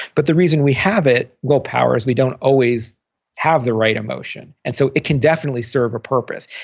but the reason we have it, willpower is we don't always have the right emotion and so it can definitely serve a purpose.